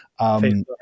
Facebook